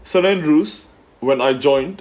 saint andrew's when I joined